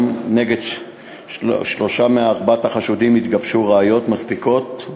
נגד שלושה מארבעת החשודים התגבשו ראיות מספקות,